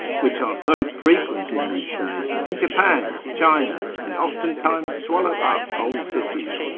which are so frequent in these days in japan, china, and oftentimes swallow up whole cities.